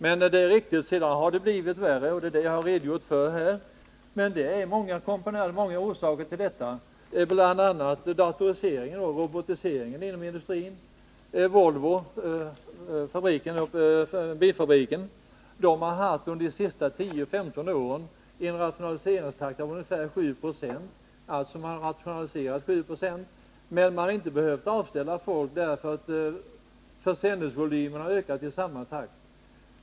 Men sedan har det blivit sämre, och det har jag redogjort för. Det finns många orsaker till detta, bl.a. datoriseringen och robotiseringen inom industrin. Bilfabriken Volvo har under de senaste 10-15 åren haft en rationaliseringstakt på ungefär 7 20. Men man har inte behövt avskeda människor därför att försäljningsvolymen har ökat i samma takt.